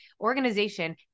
organization